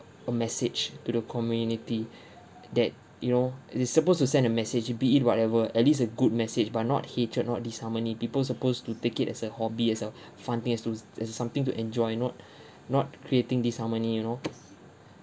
a message to the community that you know it is supposed to send a message be it whatever at least a good message but not hatred not disharmony people's supposed to take it as a hobby as a fun thing as to as something to enjoy not not creating disharmony you know